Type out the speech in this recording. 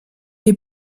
est